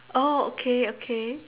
oh okay okay